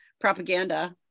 propaganda